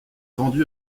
vendu